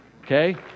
Okay